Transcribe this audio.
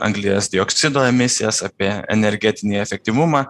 anglies dioksido emisijas apie energetinį efektyvumą